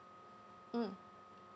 mm